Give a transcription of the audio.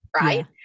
right